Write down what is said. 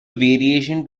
variation